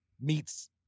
meets